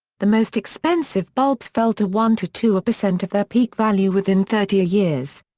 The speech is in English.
the most expensive bulbs fell to one to two percent of their peak value within thirty years.